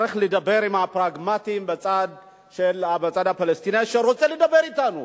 צריך לדבר עם הפרגמטיים בצד הפלסטיני שרוצה לדבר אתנו.